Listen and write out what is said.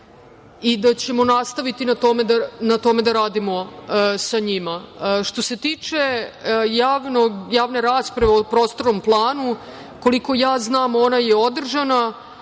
i da ćemo nastaviti na tome da radimo sa njima. Što se tiče javne rasprave o prostornom planu. Koliko ja znam ona je održana,